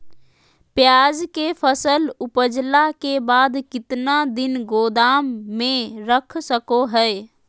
प्याज के फसल उपजला के बाद कितना दिन गोदाम में रख सको हय?